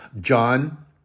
John